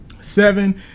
Seven